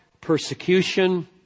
persecution